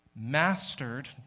mastered